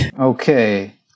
Okay